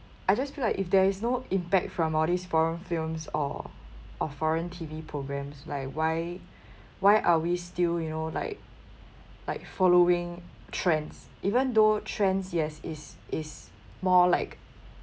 I just feel like if there is no impact from all these foreign films or or foreign T_V programs like why why are we still you know like like following trends even though trends yes it's it's more like